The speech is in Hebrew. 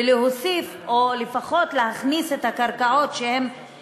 בלהוסיף או לפחות להכניס את הקרקעות שהן